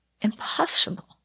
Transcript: Impossible